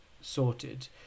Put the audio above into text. sorted